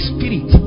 Spirit